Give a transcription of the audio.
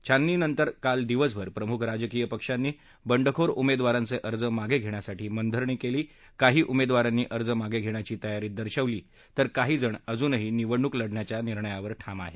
छाननीनंतर काल दिवसभर प्रमुख राजकीय पक्षांनी बंडखोर उमेदवारांचे अर्ज मागे घेण्यासाठी मनधरणी केली काही उमेदवारांनी अर्ज मागे घेण्याची तयारी दर्शवली आहे तर काही जण अजूनही निवडणूक लढवण्याच्या निर्णयावर ठाम आहेत